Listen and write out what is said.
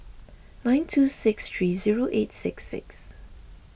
nine two six three zero eight six six